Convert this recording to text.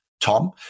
Tom